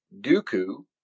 Dooku